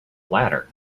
latter